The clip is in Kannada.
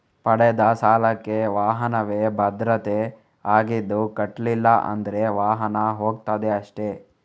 ಪಡೆದ ಸಾಲಕ್ಕೆ ವಾಹನವೇ ಭದ್ರತೆ ಆಗಿದ್ದು ಕಟ್ಲಿಲ್ಲ ಅಂದ್ರೆ ವಾಹನ ಹೋಗ್ತದೆ ಅಷ್ಟೇ